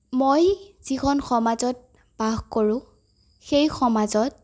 মই যিখন সমাজত বাস কৰোঁ সেই সমাজত